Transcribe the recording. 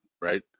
right